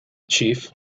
chief